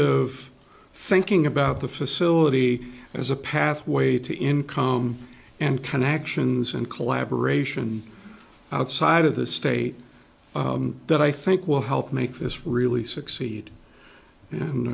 of thinking about the facility as a pathway to income and connections and collaboration outside of the state that i think will help make this really succeed